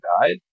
died